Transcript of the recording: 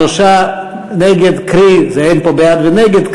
שלושה נגד אין פה בעד ונגד,